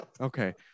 Okay